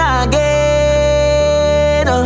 again